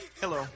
Hello